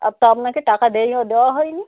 আর তা আপনাকে টাকা দেইয়া দেওয়া হয়নি